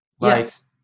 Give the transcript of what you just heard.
Yes